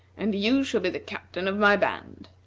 and you shall be the captain of my band.